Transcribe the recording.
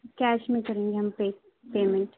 cash میں کریں گے ہم پے پیمنٹ